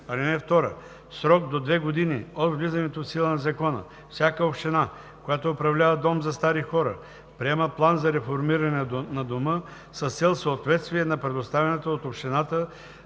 (2) В срок до две години от влизането в сила на закона всяка община, която управлява дом за стари хора, приема план за реформиране на дома с цел съответствие на предоставяната от общината